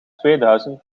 tweeduizend